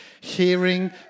hearing